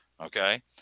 Okay